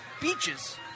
Beaches